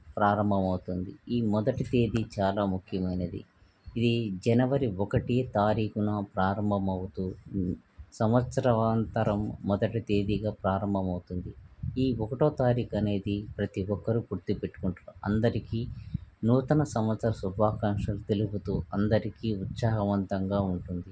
ప్రారంభం అవుతుంది ఈ మొదటి తేది చాలా ముఖ్యమైనది ఇది జనవరి ఒకటి తారీఖున ప్రారంభమవుతూ సంవత్సరం అంతా మొదటి తేదీగా ప్రారంభం అవుతుంది ఈ ఒకటో తారీఖు అనేది ప్రతీ ఒక్కరూ గుర్తుపెట్టుకుంటారు అందరికీ నూతన సంవత్సర శుభాకాంక్షలు తెలుపుతూ అందరికీ ఉత్సాహవంతంగా ఉంటుంది